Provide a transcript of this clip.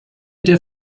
der